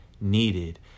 needed